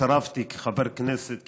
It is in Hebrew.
לא התערבתי כחבר כנסת,